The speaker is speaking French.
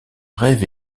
rêve